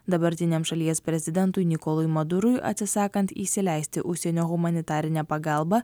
dabartiniam šalies prezidentui nikolui madurui atsisakant įsileisti užsienio humanitarinę pagalbą